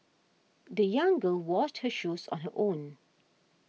the young girl washed her shoes on her own